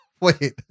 wait